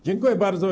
Dziękuję bardzo.